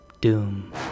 DOOM